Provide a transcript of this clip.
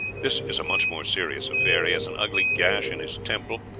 this is a much more serious affair he has an ugly gash in his temple,